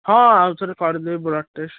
ହଁ ଆଉ ଥରେ କରିଦେବି ବ୍ଲଡ଼୍ ଟେଷ୍ଟ